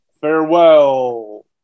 Farewell